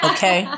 Okay